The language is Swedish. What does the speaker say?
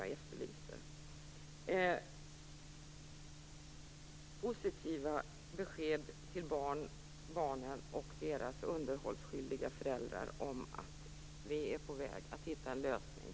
Jag vill höra positiva besked till barnen och deras underhållsskyldiga föräldrar om att vi är på väg att hitta en lösning.